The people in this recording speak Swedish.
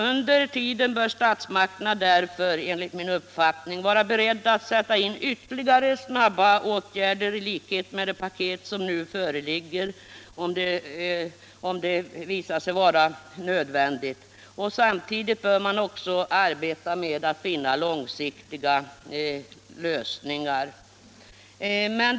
Under den tiden bör statsmakterna därför, enligt min uppfattning, vara beredda att sätta in ytterligare snabba åtgärder i likhet med det paket som nu föreligger men samtidigt arbeta med att finna långsiktigare åtgärder.